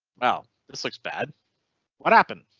wow, this looks bad what happened.